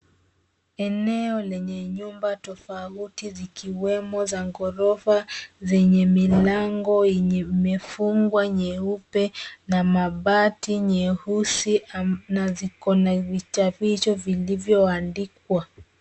Eneo lenye nyumba tofauti zikiwemo za ghorofa zenye milango yenye imefungwa nyeupe na mabati nyeusi na ziko na vichapisho vilivyoandikwa.